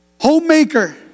Homemaker